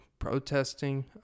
Protesting